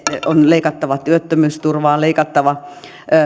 on leikattava työttömyysturvaa on leikattava